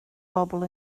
bobl